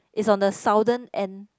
is on the southern end